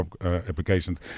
applications